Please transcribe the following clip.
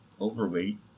Overweight